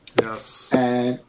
Yes